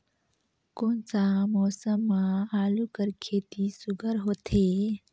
कोन सा मौसम म आलू कर खेती सुघ्घर होथे?